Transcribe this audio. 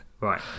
Right